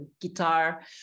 guitar